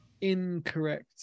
incorrect